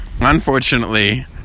Unfortunately